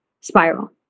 spiral